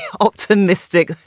optimistic